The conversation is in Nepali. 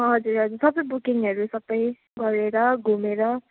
हजुर हजुर सबै बुकिङहरू सबै गरेर घुमेर